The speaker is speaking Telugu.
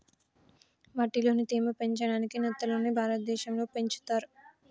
మట్టిలోని తేమ ని పెంచడాయికి నత్తలని భారతదేశం లో పెంచుతర్